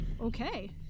Okay